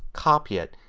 copy it,